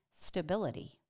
stability